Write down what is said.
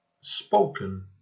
spoken